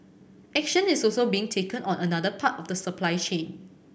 action is also being taken on another part of the supply chain